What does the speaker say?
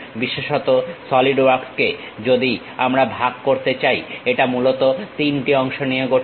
বিশেষত সলিড ওয়ার্কসকে যদি আমরা ভাগ করতে চাই এটা মূলত তিনটি অংশ নিয়ে গঠিত